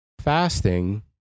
fasting